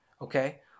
okay